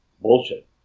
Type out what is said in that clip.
bullshit